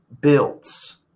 builds